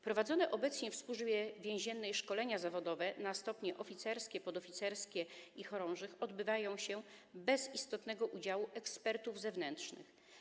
Prowadzone obecnie w Służbie Więziennej szkolenia zawodowe na stopnie oficerskie, podoficerskie i chorążych odbywają się bez istotnego udziału ekspertów zewnętrznych.